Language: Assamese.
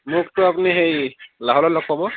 মোকতো আপুনি সেই লাহোৱালত লগ পাব